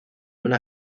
una